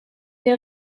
der